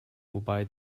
wobei